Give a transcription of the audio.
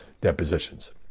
depositions